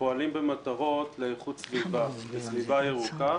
ופועלים במטרות לאיכות סביבה, לסביבה ירוקה.